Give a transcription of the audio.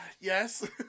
Yes